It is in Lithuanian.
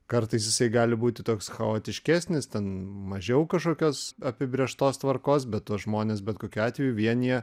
kartais jisai gali būti toks chaotiškesnis ten mažiau kažkokios apibrėžtos tvarkos bet tuos žmones bet kokiu atveju vienija